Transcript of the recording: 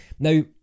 Now